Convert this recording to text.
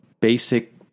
basic